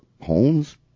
homes